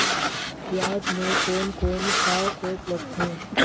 पियाज मे कोन कोन सा रोग लगथे?